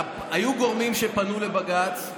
היו גורמים שפנו לבג"ץ,